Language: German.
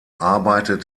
arbeitet